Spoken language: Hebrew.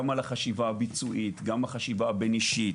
על החשיבה הביצועית גם החשיבה הבינאישית